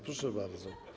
Proszę bardzo.